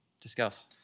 Discuss